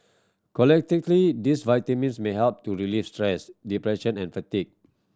collectively these vitamins may help to relieve stress depression and fatigue